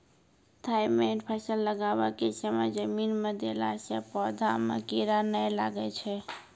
Thimet फ़सल लगाबै के समय जमीन मे देला से पौधा मे कीड़ा नैय लागै छै?